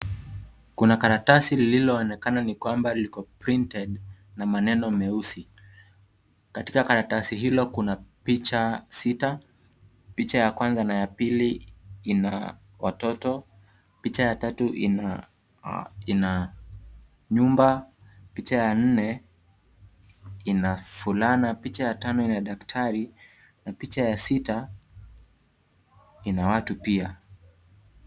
Kuna karatasi lililoonekana ni kwamba liko printed na maneno meusi, katika karatasi hio kuna picha sita . Picha ya kwanza na ya pili ina watoto, picha ya tatu ina nyumba, picha ya nne ina fulana , picha ya tano ina daktari na picha ya sita ina watu pia.